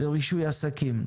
לרישוי עסקים,